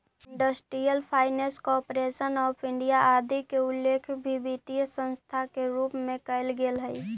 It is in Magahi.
industrial finance corporation of India आदि के उल्लेख भी वित्तीय संस्था के रूप में कैल गेले हइ